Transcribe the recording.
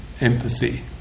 empathy